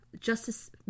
justice